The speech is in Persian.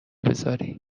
بذاری